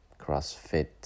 CrossFit